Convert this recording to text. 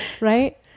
right